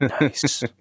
nice